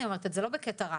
אני אומרת את זה לא בקטע רע,